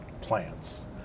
plants